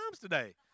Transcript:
today